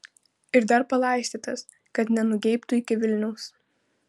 ir dar palaistytas kad nenugeibtų iki vilniaus